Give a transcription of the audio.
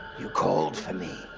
you called for me.